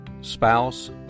spouse